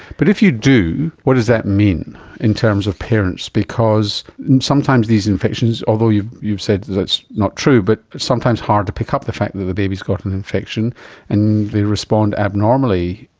but if you do, what does that mean in terms of parents because sometimes these infections, although you've you've said that it's not true, but it's sometimes hard to pick up the fact that the baby's got an infection and they respond abnormally.